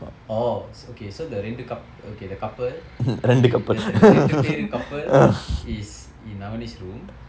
oh okay so the இரண்டு:irandu coup~ okay the couple there's the இரண்டு பேர்:irandu baer couple is in navinvesh room